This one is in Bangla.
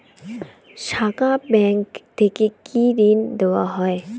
শাখা ব্যাংক থেকে কি ঋণ দেওয়া হয়?